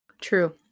True